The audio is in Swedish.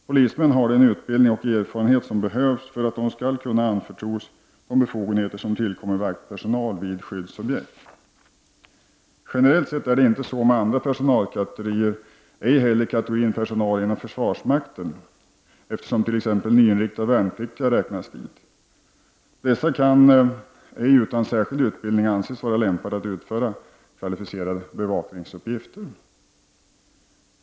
Polismän har den utbildning och erfarenhet som behövs för att de skall kunna anförtros de befogenheter som tillkommer vaktpersonal vid skyddsobjekt. Generellt sett är det inte så med andra personalkategorier, ej heller kategorin personal inom försvarsmakten, eftersom t.ex. nyinryckta värnpliktiga räknas dit. Dessa kan inte utan särskild utbildning anses vara lämpade att utföra kvalificerade bevakningsuppgifter.